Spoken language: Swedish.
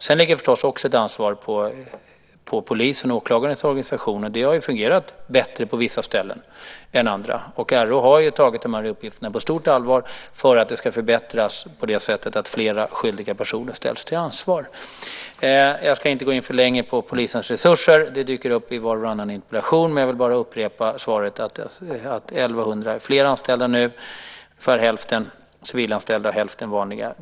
Sedan ligger det förstås också ett ansvar på polisens och åklagarens organisationer. Det har fungerat bättre på vissa ställen än andra. RÅ har tagit de här uppgifterna på stort allvar. Det ska förbättras på det sättet att flera skyldiga personer ställs till ansvar. Jag ska inte gå in för mycket på polisens resurser. De dyker upp i var och varannan interpellation, men jag vill bara upprepa att 1 100 fler är anställda nu, hälften civilanställda, hälften vanliga.